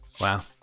wow